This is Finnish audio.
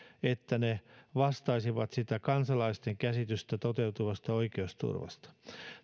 että ne vastaisivat kansalaisten käsitystä toteutuvasta oikeusturvasta